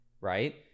right